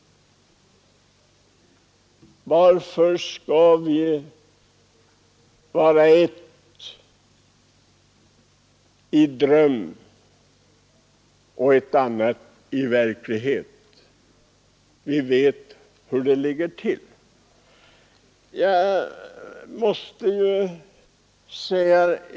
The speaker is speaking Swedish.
Varför skall vi vara ett i dröm och ett annat i verklighet? Vi vet hur det ligger till.